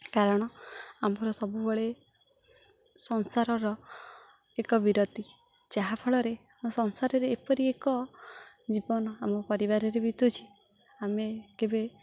କାରଣ ଆମର ସବୁବେଳେ ସଂସାରର ଏକ ବିରତି ଯାହା ଫଳରେ ଆମ ସଂସାରରେ ଏପରି ଏକ ଜୀବନ ଆମ ପରିବାରରେ ବିତୁଛି ଆମେ କେବେ